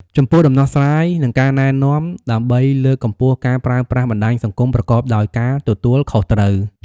ចំពោះដំណោះស្រាយ និងការណែនាំ ដើម្បីលើកកម្ពស់ការប្រើប្រាស់បណ្តាញសង្គមប្រកបដោយការទទួលខុសត្រូវ។